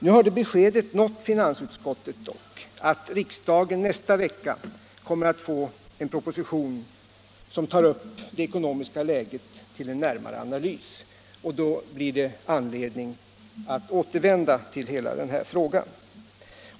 Nu har dock det beskedet nått finansutskottet att riksdagen nästa vecka kommer att få en proposition som tar upp det ekonomiska läget till en närmare analys, och då blir det anledning att återvända till hela denna fråga.